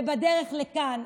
ובדרך לכאן,